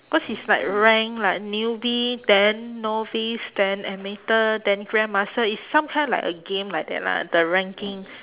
cause it's like rank like newbie then novice then amateur then grand master it's some kind of like a game like that lah the ranking